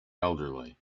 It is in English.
elderly